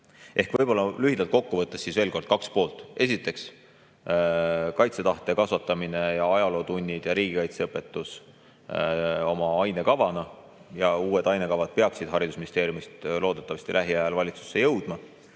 Ehk võib-olla lühidalt kokku võttes, veel kord: kaks poolt. Esiteks, kaitsetahte kasvatamine ja ajalootunnid ja riigikaitseõpetus ainekavana, ja uued ainekavad peaksid haridusministeeriumist loodetavasti lähiajal valitsusse jõudma.